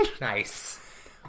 Nice